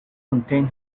contain